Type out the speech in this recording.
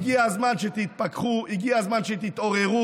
הגיע הזמן שתתפכחו, הגיע הזמן שתתעוררו.